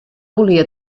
volia